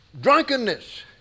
drunkenness